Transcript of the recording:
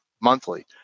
monthly